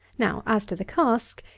now, as to the cask,